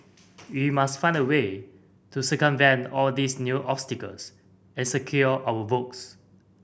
we must find a way to circumvent all these new obstacles and secure our votes